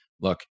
look